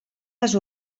les